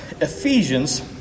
Ephesians